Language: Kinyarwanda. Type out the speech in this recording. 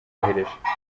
yohereje